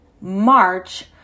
March